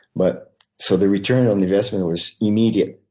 but so the return on the investment was immediate.